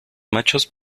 machos